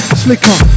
slicker